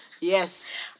Yes